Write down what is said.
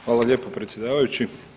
Hvala lijepo predsjedavajući.